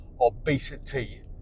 obesity